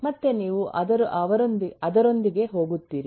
ಮತ್ತು ನೀವು ಅದರೊಂದಿಗೆ ಹೋಗುತ್ತೀರಿ